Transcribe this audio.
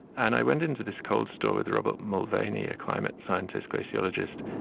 and i went into this cold store with robert mulvaney, a climate scientist, glaciologist,